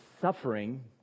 suffering